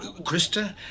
Krista